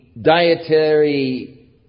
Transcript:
Dietary